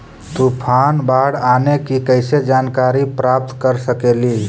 तूफान, बाढ़ आने की कैसे जानकारी प्राप्त कर सकेली?